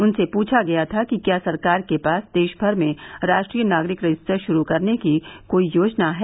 उनसे पूछा गया था कि क्या सरकार के पास देश भर में राष्ट्रीय नागरिक रजिस्टर शुरू करने की कोई योजना है